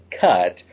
cut